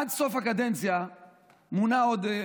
עד סוף הקדנציה מונה עוד,